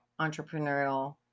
entrepreneurial